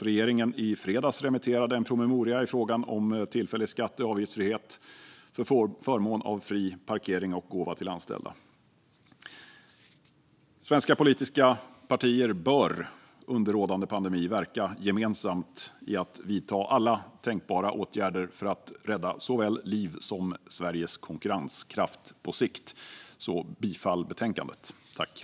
Regeringen sände i fredags ut en promemoria på remiss i frågan om tillfällig skatte och avgiftsfrihet för förmån av fri parkering och gåva till anställda. Svenska politiska partier bör under rådande pandemi verka gemensamt för att vidta alla tänkbara åtgärder för att rädda såväl liv som Sveriges konkurrenskraft på sikt. Jag yrkar därför bifall till förslaget i betänkandet.